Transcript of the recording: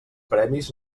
premis